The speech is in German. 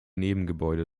nebengebäude